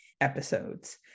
episodes